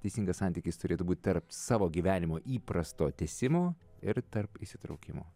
teisingas santykis turėtų būt tarp savo gyvenimo įprasto tęsimo ir tarp įsitraukimo